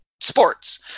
sports